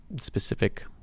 specific